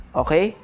okay